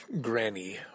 granny